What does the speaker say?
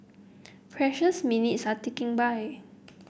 precious minutes are ticking by